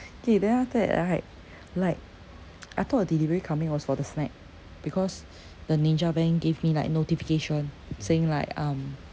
okay then after that right like I thought the delivery coming was for the snack because the ninja van gave me like notification saying like um